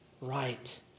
right